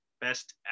best